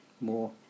more